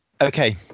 Okay